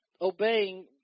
obeying